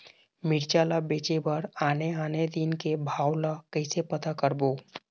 मिरचा ला बेचे बर आने आने दिन के भाव ला कइसे पता करबो?